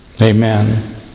Amen